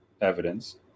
evidence